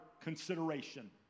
consideration